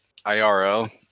IRL